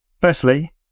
Firstly